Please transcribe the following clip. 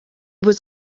was